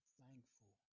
thankful